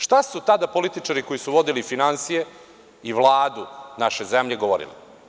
Šta su tada političari koji su vodili finansije i Vladu naše zemlje govorili.